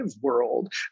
world